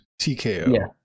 TKO